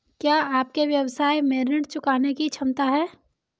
क्या आपके व्यवसाय में ऋण चुकाने की क्षमता है?